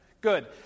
Good